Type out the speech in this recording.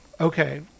Okay